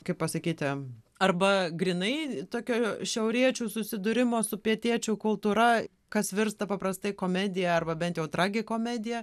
kaip pasakyti arba grynai tokio šiauriečių susidūrimo su pietiečių kultūra kas virsta paprastai komedija arba bent jau tragikomedija